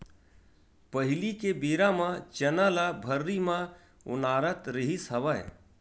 पहिली के बेरा म चना ल भर्री म ओनारत रिहिस हवय